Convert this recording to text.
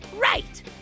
right